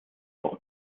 auch